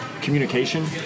communication